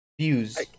Views